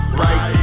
right